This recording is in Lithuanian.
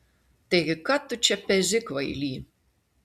taigi ką tu čia pezi kvaily